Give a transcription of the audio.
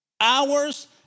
Hours